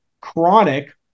Chronic